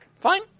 Fine